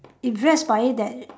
impressed by it that